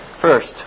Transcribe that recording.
first